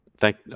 thank